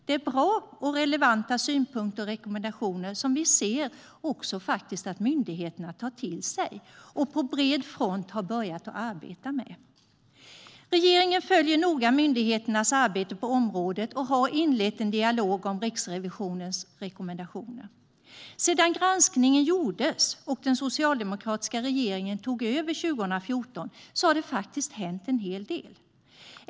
Det är bra och relevanta synpunkter och rekommendationer som vi ser att myndigheterna tar till sig och på bred front har börjat att arbeta med. Regeringen följer noga myndigheternas arbete på området och har inlett en dialog om Riksrevisionens rekommendationer. Sedan granskningen gjordes och den socialdemokratiska regeringen tog över 2014 har det faktiskt hänt en hel del.